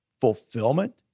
fulfillment